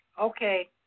Okay